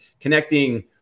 connecting